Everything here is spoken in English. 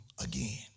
again